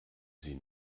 sie